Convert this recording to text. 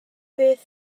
beth